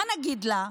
מה נגיד לה?